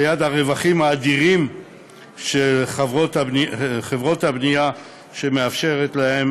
ליד הרווחים האדירים של חברות הבנייה שמאפשרים להן